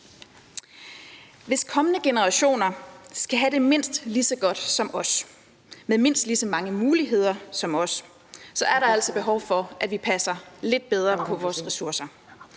Hvis kommende generationer skal have det mindst lige så godt som os og have mindst lige så mange muligheder som os, er der altså behov for, at vi passer lidt bedre på vores ressourcer.